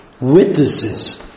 witnesses